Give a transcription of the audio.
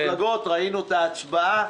מפלגות, ראינו את ההצבעה.